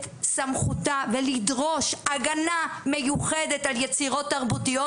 סמכותה ולדרוש הגנה מיוחדת על יצירות תרבותיות,